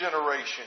generation